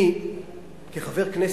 אני כחבר כנסת,